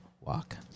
walk